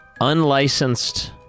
Unlicensed